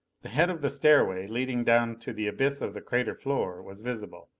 the head of the stairway leading down to the abyss of the crater floor was visible.